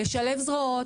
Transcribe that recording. לשלב זרועות,